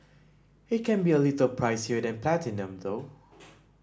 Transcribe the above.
it can be a little pricier than Platinum though